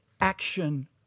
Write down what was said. action